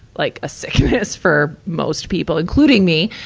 like a sickness for most people, including me.